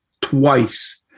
twice